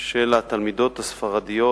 של התלמידות הספרדיות,